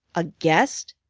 a guest?